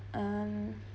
um